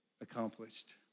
accomplished